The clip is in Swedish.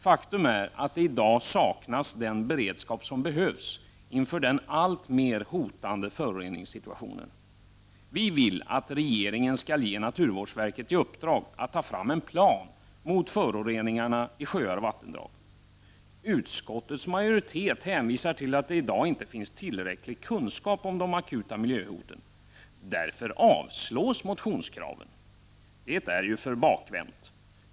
Faktum är att den beredskap som behövs inför den allt mer hotande föroreningssituationen i dag saknas. Vi vill att regeringen skall ge naturvårdsverket i uppdrag att ta fram en plan mot föroreningarna i sjöar och vattendrag. Utskottets majoritet hänvisar till att det i dag inte finns tillräcklig kunskap om de akuta miljöhoten. Därför avslås motionskraven. Det är väl ändå för bakvänt.